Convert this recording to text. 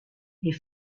les